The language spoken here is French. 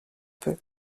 peu